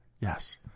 Yes